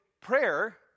prayer